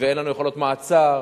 ואין לנו יכולות מעצר.